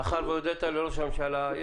מאחר והודית לראש הממשלה,